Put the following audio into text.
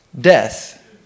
death